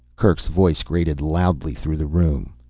kerk's voice grated loudly through the room.